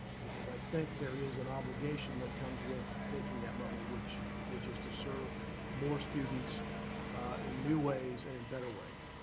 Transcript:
because i think there is an obligation that comes with taking that money, which which is to serve more students in new ways and in better ways.